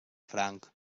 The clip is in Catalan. franc